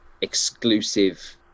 exclusive